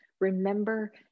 remember